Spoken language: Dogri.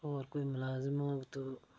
होर कोई मलाजम होग तो